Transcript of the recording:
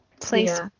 place